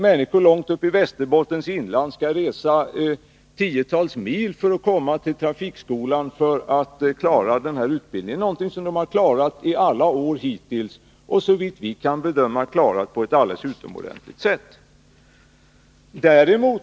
De som bor långt upp i Västerbottens inland skall resa tiotals mil för att komma till trafikskolan för att klara en utbildning som människor i alla år hittills har klarat själva, och såvitt vi kan bedöma har klarat på ett alldeles utomordentligt sätt.